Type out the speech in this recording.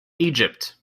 egypt